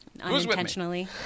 unintentionally